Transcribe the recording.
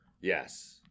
Yes